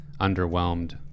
underwhelmed